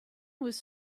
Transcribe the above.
was